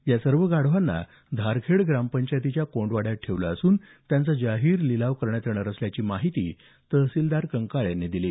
या सर्व गाढवांना धारखेड ग्रामपंचायतच्या कोंडवाड्यात ठेवलं असून त्यांचा जाहीर लिलाव करण्यात येणार असल्याची माहिती तहसीलदार कंकाळ यांनी दिली